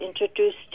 introduced